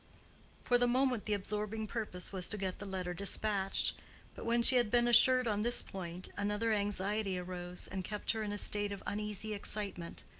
for the moment, the absorbing purpose was to get the letter dispatched but when she had been assured on this point, another anxiety arose and kept her in a state of uneasy excitement.